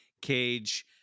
cage